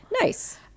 Nice